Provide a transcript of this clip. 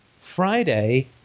Friday